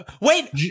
Wait